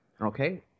Okay